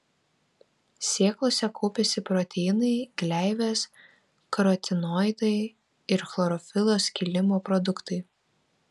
sėklose kaupiasi proteinai gleivės karotinoidai ir chlorofilo skilimo produktai